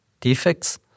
defects